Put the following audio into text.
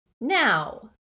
Now